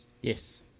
Yes